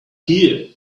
here